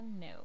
No